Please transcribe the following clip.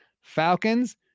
falcons